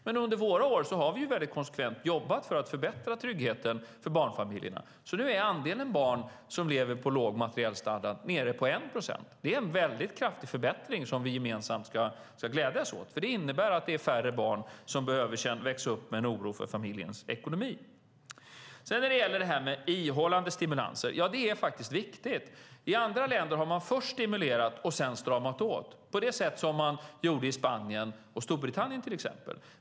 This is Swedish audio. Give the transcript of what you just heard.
Men under våra år har vi väldigt konsekvent jobbat för att förbättra tryggheten för barnfamiljerna. Nu är andelen barn som lever med låg materiell standard nere på 1 procent. Det är en väldigt kraftig förbättring som vi gemensamt ska glädjas åt. Det innebär att det är färre barn som behöver växa upp med en oro för familjens ekonomi. Detta med ihållande stimulanser är faktiskt viktigt. I andra länder har man först stimulerat och sedan stramat åt. På det sättet gjorde man i till exempel Spanien och Storbritannien.